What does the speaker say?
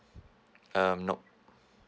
um nope